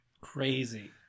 crazy